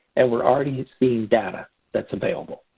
and we're already seeing data that's available.